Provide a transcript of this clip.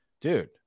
dude